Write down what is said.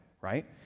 right